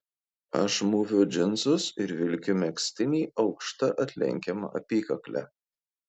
aš mūviu džinsus ir vilkiu megztinį aukšta atlenkiama apykakle